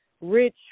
rich